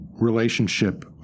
relationship